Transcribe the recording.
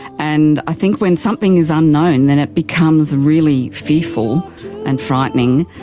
and i think when something is unknown then it becomes really fearful and frightening.